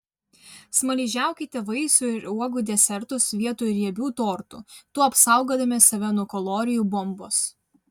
smaližiaukite vaisių ir uogų desertus vietoj riebių tortų tuo apsaugodami save nuo kalorijų bombos